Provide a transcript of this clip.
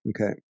Okay